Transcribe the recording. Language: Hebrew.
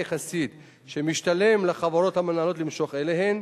יחסית שמשתלם לחברות המנהלות למשוך אליהן,